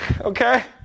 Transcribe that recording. okay